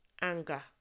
anger